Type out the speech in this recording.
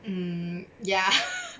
um ya